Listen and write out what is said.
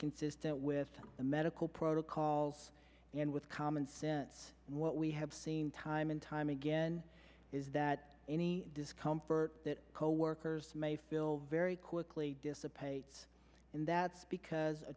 consistent with the medical protocols and with common sense what we have seen time and time again is that any discomfort that coworkers may feel very quickly dissipates and that's because